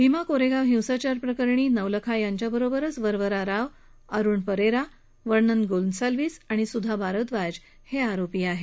भीमा कोरेगाव हिंसाचार प्रकरणी नवलखा यांच्याबरोबरच वरवरा राव अरुण फेरिरा वर्नन गोन्साल्वीस आणि सुधा भारदवाज हे देखील आरोपी आहेत